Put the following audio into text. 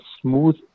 smooth